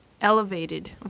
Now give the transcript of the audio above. elevated